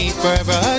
forever